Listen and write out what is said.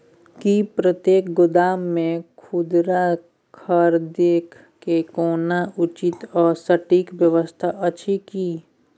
की प्रतेक गोदाम मे खुदरा खरीद के कोनो उचित आ सटिक व्यवस्था अछि की?